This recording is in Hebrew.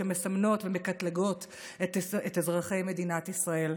מסמנות ומקטלגות את אזרחי מדינת ישראל,